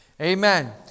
Amen